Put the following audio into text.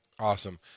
awesome